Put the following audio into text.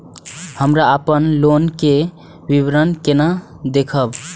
हमरा अपन लोन के विवरण केना देखब?